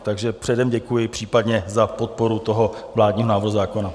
Takže předem děkuji případně za podporu toho vládního návrhu zákona.